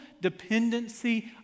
dependency